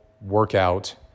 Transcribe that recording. workout